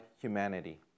humanity